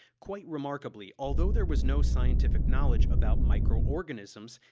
quite remarkably, although there was no scientific knowledge about microorganisms,